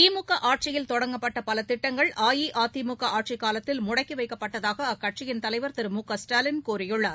திமுக ஆட்சியில் தொடங்கப்பட்ட பல திட்டங்கள் அஇஅதிமுக ஆட்சிக்காலத்தில் முடக்கி வைக்கப்பட்டதாக அக்கட்சியின் தலைவர் திரு மு க ஸ்டாலின் கூறியுள்ளார்